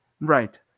Right